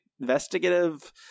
investigative